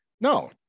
No